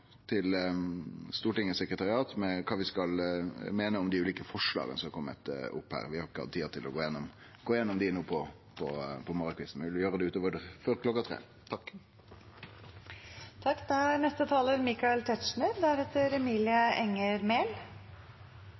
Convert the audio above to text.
til stykket. Utover det vil vi kome tilbake til Stortingets sekretariat med kva vi skal meine om dei ulike forslaga som er komne. Vi har ikkje hatt tid til å gå gjennom dei no på morgonkvisten, men vi vil gjere det før